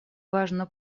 важно